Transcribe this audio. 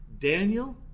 Daniel